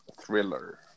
thriller